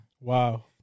Wow